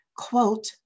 quote